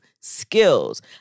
skills